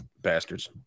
Bastards